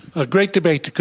ah great debate.